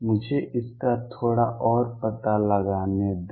मुझे इसका थोड़ा और पता लगाने दें